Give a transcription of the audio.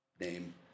name